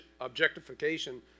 objectification